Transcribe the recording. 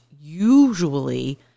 usually